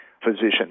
physician